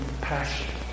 passion